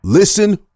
Listen